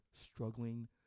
struggling